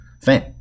fan